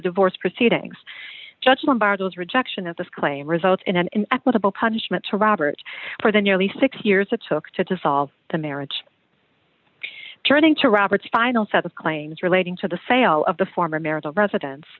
divorce proceedings judge when bartels rejection of this claim results in an equitable punishment to robert for the nearly six years it took to dissolve the marriage turning to robert's final set of claims relating to the sale of the former marital residen